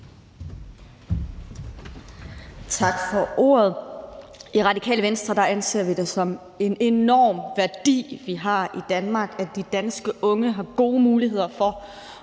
Tak for ordet. I Radikale Venstre anser vi det som en enorm værdi, vi har i Danmark, at de danske unge har gode muligheder for